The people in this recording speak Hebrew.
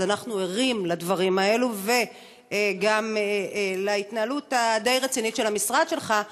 אנחנו ערים לדברים האלה וגם להתנהלות הדי-רצינית של המשרד שלך,